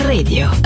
Radio